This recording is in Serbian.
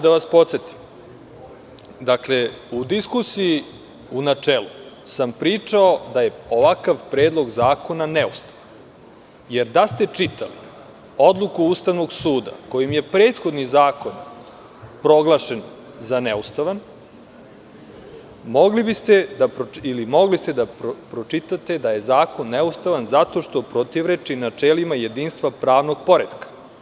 Da vas podsetim, u diskusiji u načelu sam pričao da je ovakav predlog zakona neustavan, jer da ste čitali Odluku Ustavnog suda kojom je prethodni zakon proglašen za neustavan, mogli ste da pročitate da je zakon neustavan zato što protivreči načelima jedinstva pravnog poretka.